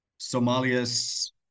Somalia's